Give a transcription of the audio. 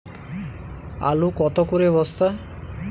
আলু কত করে বস্তা?